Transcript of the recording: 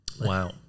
Wow